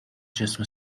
جسم